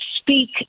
speak